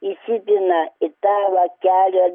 įsipina į tava kelio